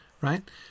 right